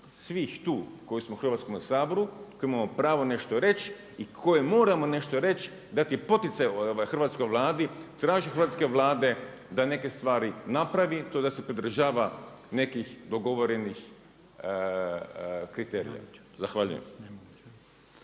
svih tu koji smo u Hrvatskome saboru, koji imamo pravo nešto reći i koji moramo nešto reći, dati poticaj hrvatskoj Vladi, tražiti od hrvatske Vlade da neke stvari napravi a to je da se pridržava nekih dogovorenih kriterija. Zahvaljujem.